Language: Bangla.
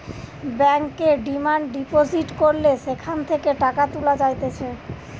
ব্যাংকে ডিমান্ড ডিপোজিট করলে সেখান থেকে টাকা তুলা যাইতেছে